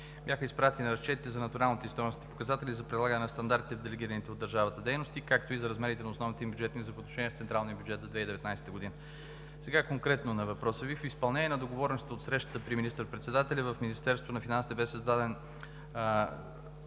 бяха изпратени разчетите за натуралните и стойностните показатели за прилагане на стандартите в делегираните от държавата дейности, както и за размерите на основните им бюджетни взаимоотношения с централния бюджет за 2019 г. Сега конкретно на въпроса Ви: В изпълнение на постигнатите договорености на срещата при министър-председателя в Министерството на финансите бе създаден